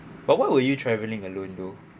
but why would you travelling alone though